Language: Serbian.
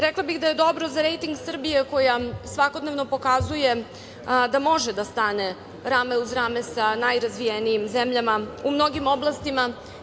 Rekla bih da je dobro za rejting Srbije, koja svakodnevno pokazuje da može da stane rame uz rame sa najrazvijenijim zemljama u mnogim oblastima.